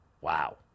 Wow